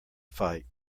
fight